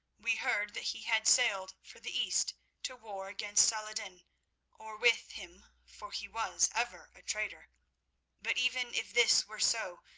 we heard that he had sailed for the east to war against saladin or with him, for he was ever a traitor but even if this were so,